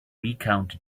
recount